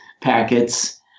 packets